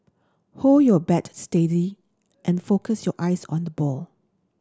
hold your bat steady and focus your eyes on the ball